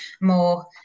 more